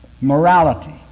Morality